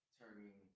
turning